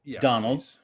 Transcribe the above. Donald